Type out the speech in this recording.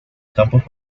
campos